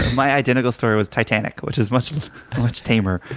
my identical story was titanic, which was much much tamer.